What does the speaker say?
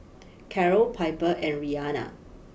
Carrol Piper and Rianna